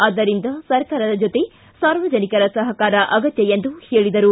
ಆದ್ದರಿಂದ ಸರ್ಕಾರದ ಜೊತೆ ಸಾರ್ವಜನಿಕರ ಸಹಕಾರ ಅಗತ್ಯ ಎಂದು ಹೇಳಿದರು